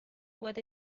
what